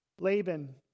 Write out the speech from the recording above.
Laban